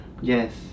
Yes